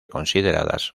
consideradas